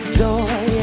joy